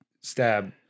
stab